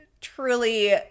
truly